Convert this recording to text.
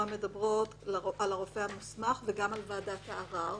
מדברות על הרופא המוסמך ועל ועדת הערר.